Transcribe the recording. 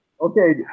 okay